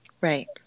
Right